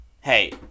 hey